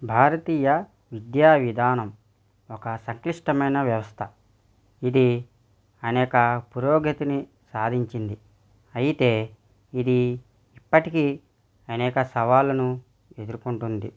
భారతీయ విధ్యా విధానం ఒక సంక్లిష్టమైన వ్యవస్థ ఇది అనేక పురోగతిని సాధించింది అయితే ఇది ఇప్పటికీ అనేక సవాళ్ళను ఎదుర్కుంటుంది